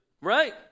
right